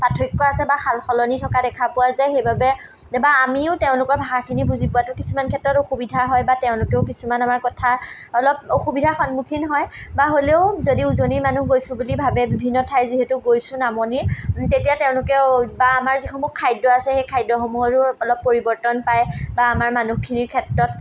পাৰ্থক্য আছে বা সালসলনি থকা দেখা পোৱা যায় সেইবাবে বা আমিও তেওঁলোকৰ ভাষাখিনি বুজি পোৱাটো কিছুমান ক্ষেত্ৰত অসুবিধা হয় বা তেওঁলোকেও কিছুমান আমাৰ কথা অলপ অসুবিধাৰ সন্মুখীন হয় বা হ'লেও যদি উজনিৰ মানুহ গৈছোঁ বুলি ভাবে বিভিন্ন ঠাই যিহেতু গৈছোঁ নামনিৰ তেতিয়া তেওঁলোকেও বা আমাৰ যিসমূহ খাদ্য আছে সেই খাদ্যসমূহৰো অলপ পৰিৱৰ্তন পায় বা আমাৰ মানুহখিনিৰ ক্ষেত্ৰত